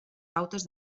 pautes